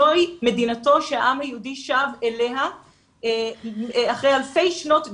זוהי מדינתו שהעם היהודי שב אליה אחרי אלפי שנות גירוש.